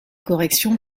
corrections